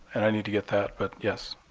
and i need to get that. but yes.